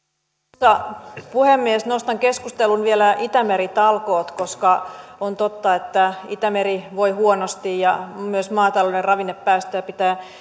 arvoisa puhemies nostan keskusteluun vielä itämeri talkoot koska on totta että itämeri voi huonosti ja myös maatalouden ravinnepäästöjä pitää